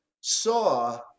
saw